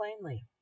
plainly